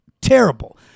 terrible